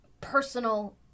personal